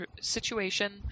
situation